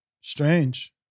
Strange